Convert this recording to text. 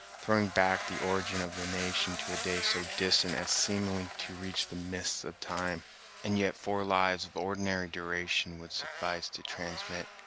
throwing back the origin of the nation to a day so distant as seemingly to reach the mists of time and yet four lives of ordinary duration would suffice to transmit,